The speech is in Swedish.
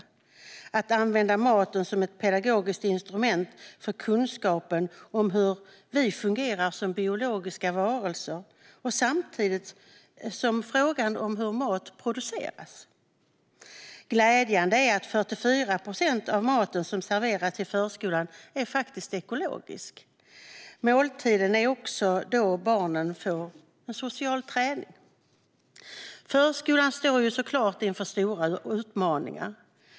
Det handlar om att använda maten som ett pedagogiskt instrument för kunskapen om hur vi fungerar som biologiska varelser samtidigt som man lyfter fram frågan om hur mat produceras. Glädjande är att 44 procent av maten som serveras i förskolan är ekologisk. Måltiderna är också tillfällen då barnen får social träning. Förskolan står såklart inför stora utmaningar.